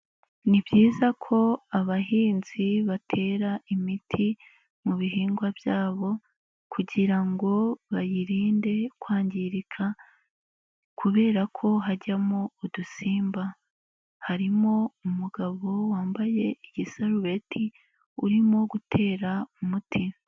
Ni byiza ko abahinzi batera imiti mu bihingwa byabo kugira ngo bayirinde kwangirika kubera ko hajyamo udusimba, harimo umugabo wambaye igisarubeti urimo gutera umuti.